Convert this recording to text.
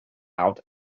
out